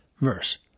Verse